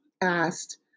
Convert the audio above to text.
asked